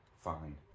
Fine